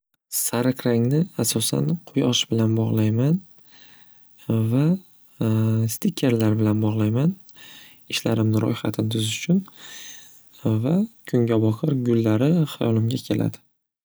Sariq rangni asosan quyosh bilan bog'layman va stikerlar bilan bog'layman ishlarimni ro'yhatini tuzish uchun va kungaboqar gullari hayolimga keladi.